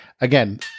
again